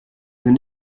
sind